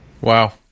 Wow